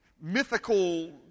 mythical